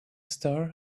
star